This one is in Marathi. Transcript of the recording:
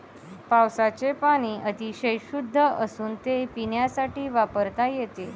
पावसाचे पाणी अतिशय शुद्ध असून ते पिण्यासाठी वापरता येते